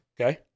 Okay